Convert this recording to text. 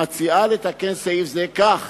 מוצע לתקן סעיף זה כך